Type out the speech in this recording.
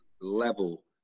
level